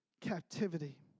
captivity